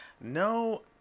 No